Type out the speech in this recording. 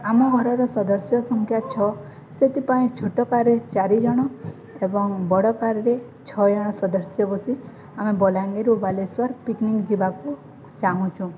ଆମ ଘରର ସଦସ୍ୟ ସଂଖ୍ୟା ଛଅ ସେଥିପାଇଁ ଛୋଟ କାର୍ରେ ଚାରିଜଣ ଏବଂ ବଡ଼ କାର୍ରେ ଛଅଜଣ ସଦସ୍ୟ ବସି ଆମେ ବଲାଙ୍ଗୀରରୁ ବାଲେଶ୍ୱର ପିକନିକ୍ ଯିବାକୁ ଚାହୁଁଛୁ